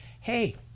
hey